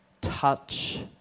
touch